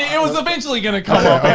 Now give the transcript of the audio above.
it was eventually going to come up